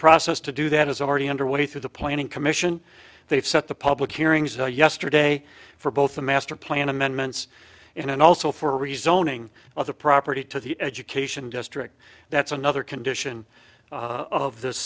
process to do that is already underway through the planning commission they've set the public hearings yesterday for both the master plan amendments in and also for rezoning of the property to the education district that's another condition of th